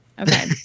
Okay